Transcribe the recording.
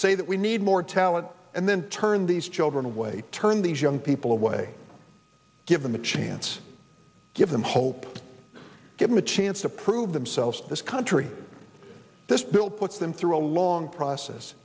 say that we need more talent and then turn these children away turn these young people away give them a chance give them hope give them a chance to prove themselves this country this bill put them through a long process